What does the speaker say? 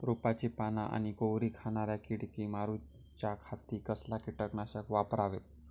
रोपाची पाना आनी कोवरी खाणाऱ्या किडीक मारूच्या खाती कसला किटकनाशक वापरावे?